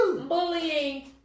bullying